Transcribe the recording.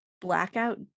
blackout